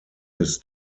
his